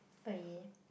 oh yeah